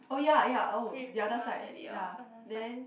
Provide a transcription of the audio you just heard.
oh ya ya oh the other side ya then